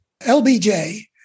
LBJ